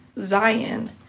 Zion